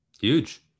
Huge